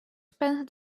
spent